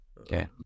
okay